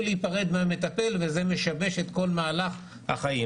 להיפרד מהמטפל וזה משבש את כל מהלך החיים,